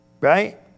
Right